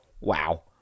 wow